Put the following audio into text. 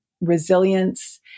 resilience